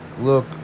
look